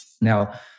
Now